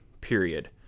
period